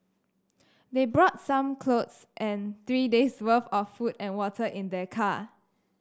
they brought some clothes and three days' worth of food and water in their car